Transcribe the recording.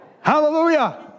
Hallelujah